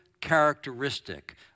characteristic